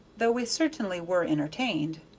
though we certainly were entertained.